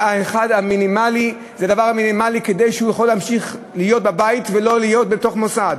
זה הדבר המינימלי כדי להמשיך להיות בבית ולא להיות במוסד.